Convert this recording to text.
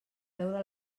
veure